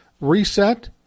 reset